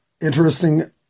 interesting